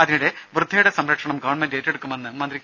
അതിനിടെ വൃദ്ധയുടെ സംരക്ഷണം ഗവൺമെന്റ് ഏറ്റെടുക്കുമെന്ന് മന്ത്രി കെ